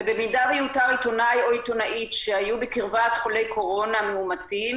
ובמידה ויאותר עיתונאי או עיתונאית שהיו בקרבת חולי קורונה מאומתים